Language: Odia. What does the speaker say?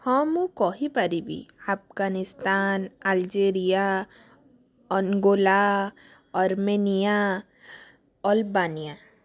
ହଁ ମୁଁ କହିପାରିବି ଆଫଗାନିସ୍ତାନ ଆଲଜେରିଆ ଅନଗୋଲା ଅର୍ମେନିଆ